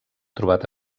trobat